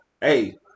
Hey